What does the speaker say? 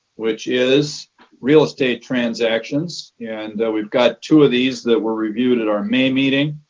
which is real estate transactions. and we've got two of these that were reviewed at our main meeting.